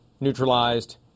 neutralized